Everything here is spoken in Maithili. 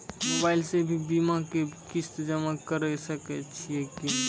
मोबाइल से भी बीमा के किस्त जमा करै सकैय छियै कि?